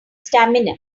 stamina